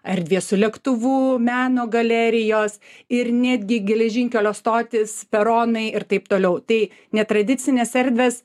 erdvė su lėktuvu meno galerijos ir netgi geležinkelio stotys peronai ir taip toliau tai netradicinės erdvės